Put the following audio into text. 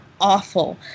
awful